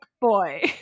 boy